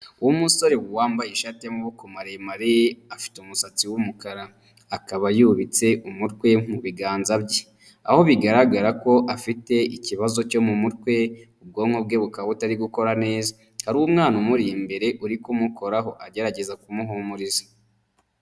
Umusore wambaye ishati y'amaboko maremare afite umusatsi w'umukara akaba yubitse umutwe mu biganza bye, aho bigaragara ko afite ikibazo cyo mu mutwe ubwonko bwe bukaba butari gukora neza hari umwana umuri imbere uri kumukoraho agerageza kumuhumuriza.